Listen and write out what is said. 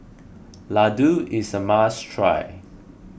Ladoo is a must try